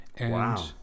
Wow